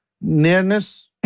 nearness